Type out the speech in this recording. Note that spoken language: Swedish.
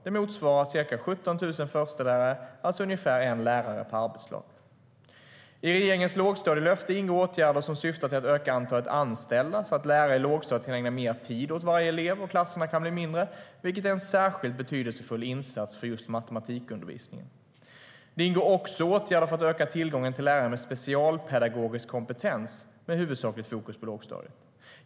Det motsvarar ca 17 000 förstelärare, alltså ungefär en lärare per arbetslag. Det ingår också åtgärder för att öka tillgången till lärare med specialpedagogisk kompetens med huvudsakligt fokus på lågstadiet.